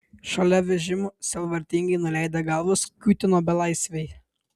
šalia vežimų sielvartingai nuleidę galvas kiūtino belaisviai